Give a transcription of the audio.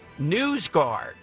NewsGuard